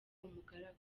umugaragu